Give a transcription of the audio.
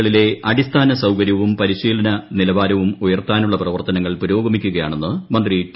കളിലെ അടിസ്ഥാന സൌകര്യവും പരിശീലന നിലവാരവും ഉയർത്താനുള്ള പ്രവർത്തനങ്ങൾ പുരോഗമിക്കുകയാണെന്ന് മന്ത്രി ടി